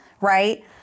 right